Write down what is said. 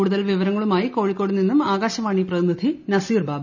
കൂടുതൽ വിവരങ്ങളുമായി കോഴിക്കോട് നിന്നും ആകാശവാണി പ്രതിനിധി നസീർബാബു